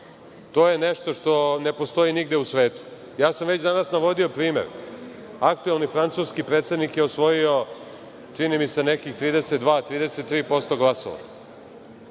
to je nešto što ne postoji nigde u svetu. Ja sam već danas navodio primer. Aktuelni francuski predsednik je osvojio čini mi se nekih 32% , 33% glasova.